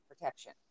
protection